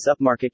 upmarket